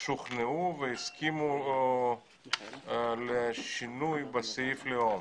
שוכנעו והסכימו לשינוי בסעיף הלאום.